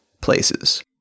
places